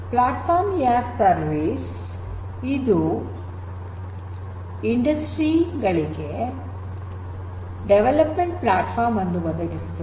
platform as a service ಇದು ಇಂಡಸ್ಟ್ರಿ ಗಳಿಗೆ ಡೆವಲಪ್ಮೆಂಟ್ ಪ್ಲಾಟ್ಫಾರ್ಮ್ ಅನ್ನು ಒದಗಿಸುತ್ತದೆ